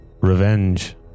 revenge